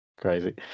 crazy